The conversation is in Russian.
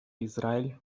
израиль